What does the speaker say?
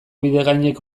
bidegainek